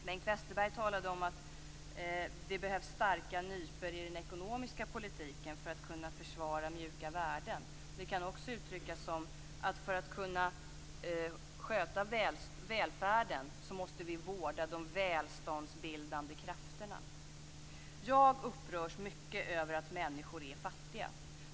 Bengt Westerberg talade om att det behövs starka nypor i den ekonomiska politiken för att kunna försvara mjuka värden. Det kan också uttryckas så att för att kunna sköta välfärden måste vi vårda de välståndsbildande krafterna. Jag upprörs mycket över att människor är fattiga.